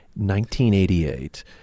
1988